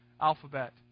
alphabet